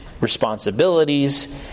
responsibilities